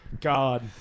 God